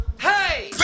Hey